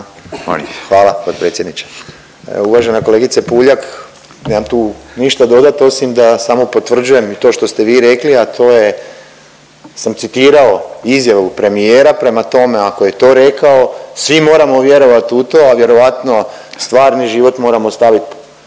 Hvala potpredsjedniče. Uvažena kolegice Puljak, nemam tu ništa dodat osim da samo potvrđujem i to što ste vi rekli, a to je, sam citirao izjavu premijera, prema tome ako je to rekao svi moramo vjerovat u to, ali vjerojatno stvarni život moramo stavit